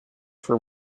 for